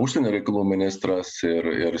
užsienio reikalų ministras ir ir